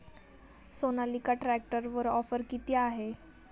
सोनालिका ट्रॅक्टरवर ऑफर किती आहे?